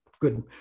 good